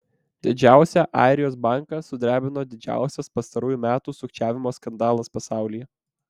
didžiausią airijos banką sudrebino didžiausias pastarųjų metų sukčiavimo skandalas pasaulyje